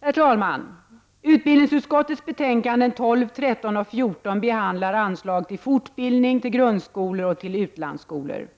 Herr talman! Utbildningsutskottets betänkanden 12, 13 och 14 behandlar anslag till fortbildning, till grundskolor och till utlandsskolor.